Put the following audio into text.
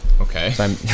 Okay